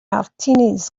martinis